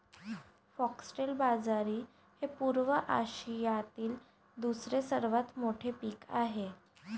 foxtail बाजरी हे पूर्व आशियातील दुसरे सर्वात मोठे पीक आहे